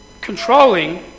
controlling